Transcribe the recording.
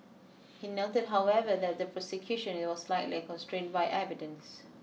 he noted however that the prosecution was likely constrained by evidence